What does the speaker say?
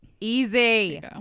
easy